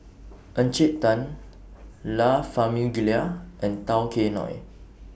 Encik Tan La Famiglia and Tao Kae Noi